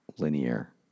linear